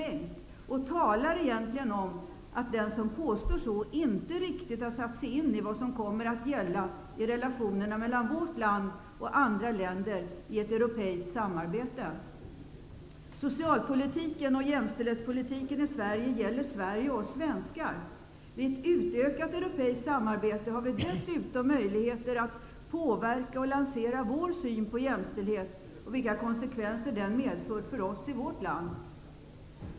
Att påstå detta talar egentligen om att man inte riktigt har satt sig in vad som kommer att gälla i relationerna mellan vårt land och andra länder i ett europeiskt samarbete. Socialpolitiken och jämställdhetspolitiken i Sverige gäller Sverige och oss svenskar. Vid ett utökat europeiskt samarbete har vi dessutom möjligheter att påverka och lansera vår syn på jämställdhet och vilka konsekvenser den medfört för oss i vårt land.